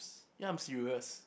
yeah I'm serious